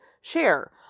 share